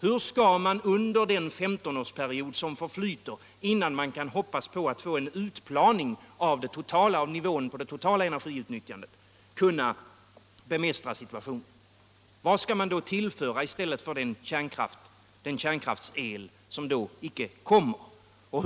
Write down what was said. Hur skall man bemästra situationen under den 15-årsperiod som förflyter innan man kan hoppas på att få en utplaning av det totala cenergiutnyttjandet? Vad skall man tillföra i stället för den kärnkrafts-el som då icke kommer att finnas?